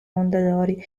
mondadori